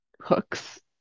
hooks